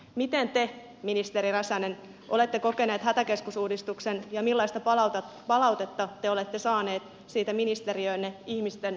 miten te ministeri räsänen olette kokenut hätäkeskusuudistuksen ja millaista palautetta te olette saaneet siitä ministeriöönne ihmisten arjesta